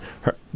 her-